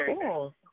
cool